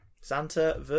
Santa